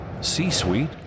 C-Suite